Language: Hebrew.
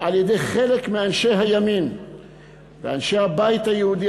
על-ידי חלק מאנשי הימין ואנשי הבית היהודי,